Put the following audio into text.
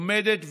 עומדת,